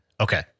Okay